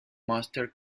master